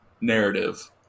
narrative